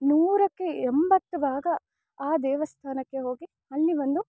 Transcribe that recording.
ನೂರಕ್ಕೆ ಎಂಬತ್ತು ಭಾಗ ಆ ದೇವಸ್ಥಾನಕ್ಕೆ ಹೋಗಿ ಅಲ್ಲಿ ಒಂದು